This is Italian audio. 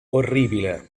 orribile